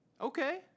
Okay